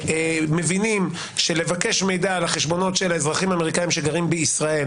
מבינים שלבקש מידע על החשבונות של האזרחים האמריקאיים שגרים בישראל,